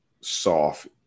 soft